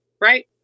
right